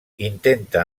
intenta